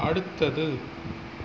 அடுத்தது